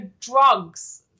drugs